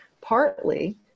partly